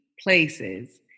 places